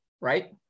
right